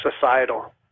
societal